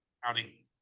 Howdy